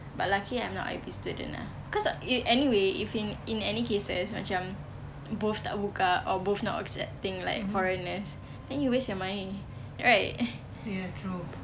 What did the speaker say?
but lucky I'm not I_B student ah cause anyway if in in any cases macam both tak buka or both not accepting like foreigners then you waste your money right